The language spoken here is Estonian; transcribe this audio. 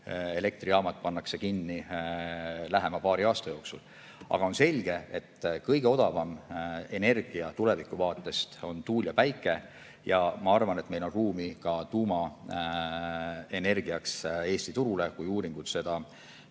põlevkivielektrijaamad pannakse kinni lähima paari aasta jooksul, aga on selge, et kõige odavam energia tulevikuvaates on tuul ja päike. Ja ma arvan, et meil on ruumi ka tuumaenergiaks Eesti turul, kui uuringud seda